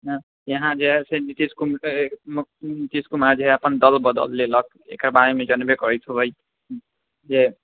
यहाँ जे है से नीतीश कुमार नीतीश कुमार जे है अपन दल बदल लेलक एकर बारेमे जनबै करैत हेबै जे